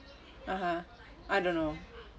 (uh huh) I don't know